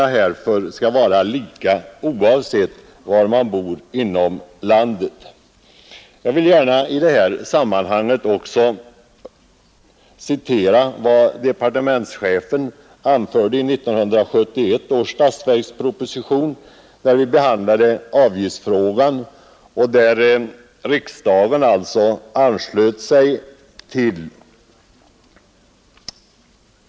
Jag vill gärna i detta sammanhang också citera vad departementschefen anförde om avgiftsfrågan i 1971 års statsverksproposition, ett uttalande som riksdagen anslöt sig till.